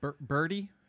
Birdie